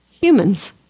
humans